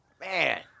Man